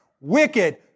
wicked